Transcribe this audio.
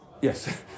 Yes